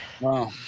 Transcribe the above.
Wow